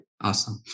Awesome